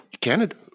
Canada